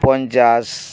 ᱯᱚᱸᱧᱪᱟᱥ